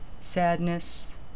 sadness